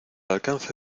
alcance